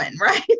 Right